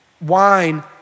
wine